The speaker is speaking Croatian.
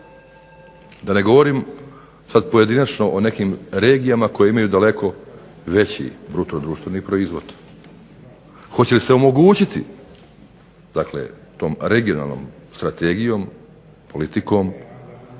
Da ne govorim sada pojedinačno o nekim regijama koje imaju daleko veći BDP-a. hoće li se omogućiti tom regionalnom strategijom, politikom,